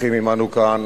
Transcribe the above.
הנוכחים עמנו כאן